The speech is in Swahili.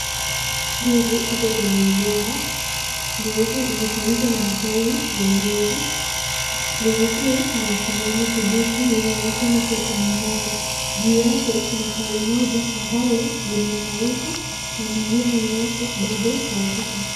Ndizi iko kwenye mgomba, ndizi hii imefunikwa na matawi ya ndizi, ndizi hii ni ya kijani kibichi na inaonekana kuwa imeinama. Juu yake kuna tawi moja ambalo limekauka na mengine yote bado hayajakauka